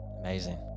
amazing